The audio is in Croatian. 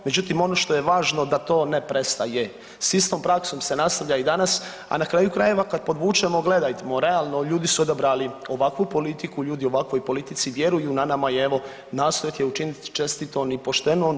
Međutim, ono što je važno da to ne prestaje, s istom praksom se nastavlja i danas, a na kraju krajeva kad podvučemo gledajmo realno ljudi su odabrali ovakvu politiku, ljudi ovakvoj politici vjeruju, na nama je evo nastojat je učinit čestitom i poštenom.